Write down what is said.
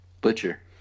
Butcher